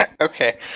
Okay